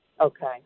Okay